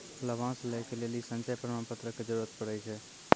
लाभांश लै के लेली संचय प्रमाण पत्र के जरूरत पड़ै छै